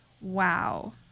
wow